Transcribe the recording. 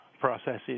processes